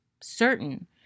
certain